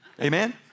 Amen